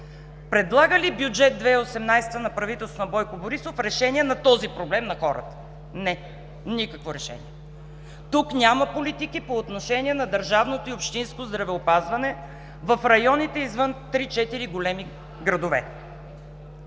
Предлага ли Бюджет 2018 на правителството на Бойко Борисов решение на този проблем на хората? Не! Никакво решение! Тук няма политики по отношение на държавното и общинско здравеопазване в районите извън три-четири големи градове.